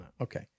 Okay